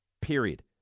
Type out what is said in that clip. Period